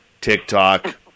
TikTok